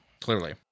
Clearly